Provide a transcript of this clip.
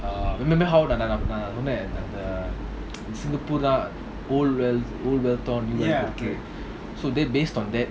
err அந்தசிரிப்புதான்:andha siriputhan so that based on that